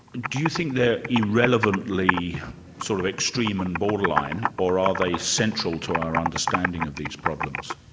do you think they're irrelevantly sort of extreme and borderline or are they central to our understanding of these problems?